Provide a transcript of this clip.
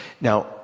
Now